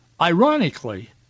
Ironically